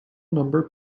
number